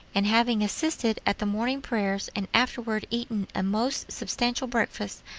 and having assisted at the morning prayers, and afterward eaten a most substantial breakfast,